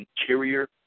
interior